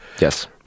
Yes